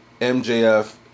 MJF